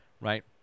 Right